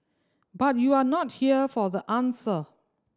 but you're not here for the answer